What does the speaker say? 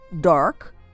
dark